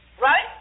Right